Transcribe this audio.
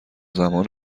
زمان